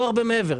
לא הרבה מעבר.